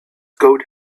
gold